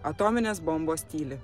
atominės bombos tyli